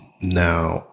Now